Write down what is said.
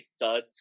thuds